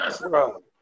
bro